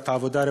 בוועדת העבודה,